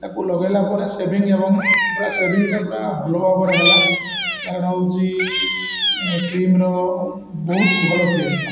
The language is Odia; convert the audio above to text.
ତାକୁ ଲଗେଇଲା ପରେ ସେଭିଙ୍ଗ ଏବଂ ପୁରା ସେଭିଙ୍ଗଟା ପୁରା ଭଲ ଭାବରେ ହେଲା କାରଣ ହଉଛି କ୍ରିମର ବହୁତ ଭଲ କ୍ରିମଟା